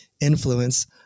influence